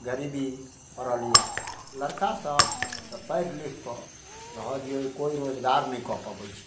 गरीबी पड़ल यऽ लड़का सब तऽ पढ़ि लिखिकऽ रहऽ दिऔ कोइ रोजगार नहि कऽ पबै छै